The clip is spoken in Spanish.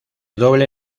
doble